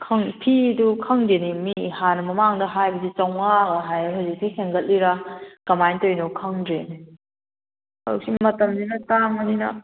ꯐꯤꯗꯨ ꯈꯪꯗꯦꯅꯦ ꯃꯤ ꯍꯥꯟꯅ ꯃꯃꯥꯡꯗ ꯍꯥꯏꯕꯗꯤ ꯆꯥꯝꯃꯉꯥꯒ ꯍꯥꯏꯕꯅꯤ ꯍꯧꯖꯤꯛꯇꯤ ꯍꯦꯟꯒꯠꯂꯤꯔꯥ ꯀꯃꯥꯏꯅ ꯇꯧꯔꯤꯅꯣ ꯈꯪꯗ꯭ꯔꯦꯅꯦ ꯍꯧꯖꯤꯛꯀꯤ ꯃꯇꯝꯁꯤꯅ ꯇꯥꯡꯕꯅꯤꯅ